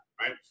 right